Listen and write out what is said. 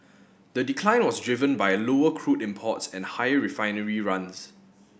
the decline was driven by lower crude imports and higher refinery runs